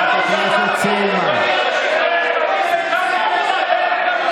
שלא לתת להן את סעיף 46, שלא לתת להן את הפטור